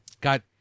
got